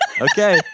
Okay